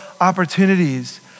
opportunities